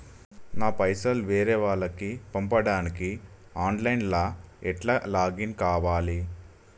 నా పైసల్ వేరే వాళ్లకి పంపడానికి ఆన్ లైన్ లా ఎట్ల లాగిన్ కావాలి?